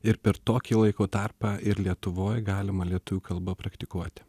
ir per tokį laiko tarpą ir lietuvoj galima lietuvių kalba praktikuoti